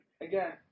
again